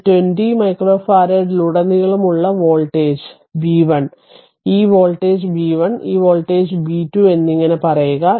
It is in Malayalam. ഈ 20 മൈക്രോ ഫാരഡിലുടനീളമുള്ള വോൾട്ടേജ് ബി 1 ഈ വോൾട്ടേജ് ബി 1 ഈ വോൾട്ടേജ് ബി 2 എന്നിങ്ങനെ പറയുക